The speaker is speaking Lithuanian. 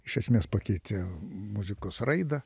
iš esmės pakeitė muzikos raidą